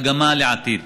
מגמה לעתיד.